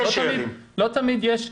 לא תמיד יש.